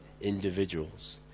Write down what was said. individuals